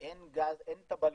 גפ"מ, אין את הבלונים,